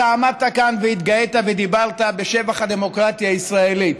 אתה עמדת כאן והתגאית ודיברת בשבח הדמוקרטיה הישראלית.